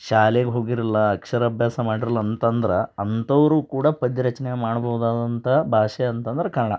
ಶಾಲೆಗೆ ಹೋಗಿರೋಲ್ಲ ಅಕ್ಷರ ಅಭ್ಯಾಸ ಮಾಡಿರಲ್ಲ ಅಂತಂದ್ರೆ ಅಂಥವರೂ ಕೂಡ ಪದ್ಯ ರಚನೆ ಮಾಡ್ಬೋದಾದಂಥ ಭಾಷೆ ಅಂತಂದ್ರೆ ಕನ್ನಡ